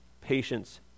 patience